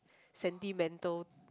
sentimental